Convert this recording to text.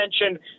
attention